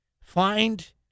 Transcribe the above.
find